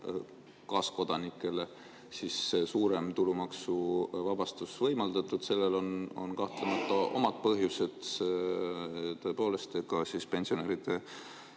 kaaskodanikele suurem tulumaksuvabastus võimaldatud. Sellel on kahtlemata omad põhjused. Tõepoolest, ka pensionäride